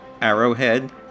arrowhead